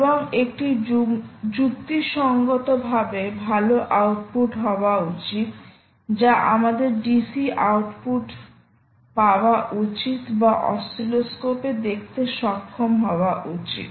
এবং একটি যুক্তিসঙ্গতভাবে ভাল আউটপুট হওয়া উচিত যা আমাদের DC আউটপুট পাওয়া উচিত বা অসিলোস্কোপে দেখতে সক্ষম হওয়া উচিত